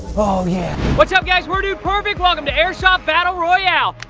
oh yeah. what's up guys? we're dude perfect. welcome to airsoft battle royale.